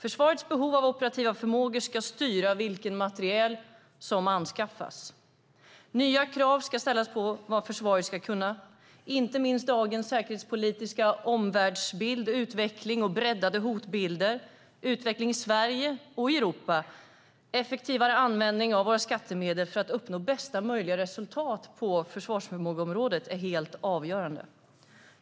Försvarets behov av operativ förmåga ska styra vilken materiel som anskaffas. Nya krav ska ställas på vad försvaret ska kunna. Det handlar inte minst om dagens säkerhetspolitiska omvärldsbild, breddade hotbilder och utvecklingen i Sverige och Europa. Effektivare användning av våra skattemedel för att uppnå bästa möjliga resultat på försvarsförmågeområdet är helt avgörande.